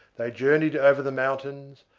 they journeyed over the mountains,